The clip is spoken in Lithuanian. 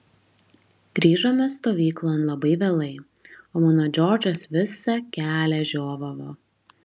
grįžome stovyklon labai vėlai o mano džordžas visą kelią žiovavo